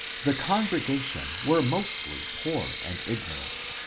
the congregation were mostly poor and ignorant.